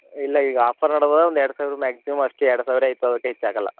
ಇಲ್ಲ ಈಗ ಆಫರ್ ನಡ್ದಾವ ಒಂದು ಎರಡು ಸಾವಿರ ಮ್ಯಾಗ್ಝಿಮಮ್ ಅಷ್ಟೆ ಎರಡು ಸಾವಿರ ಐತದ ಅದಕ್ಕೆ ಹೆಚ್ಚು ಆಗಲ್ಲ